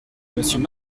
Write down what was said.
monsieur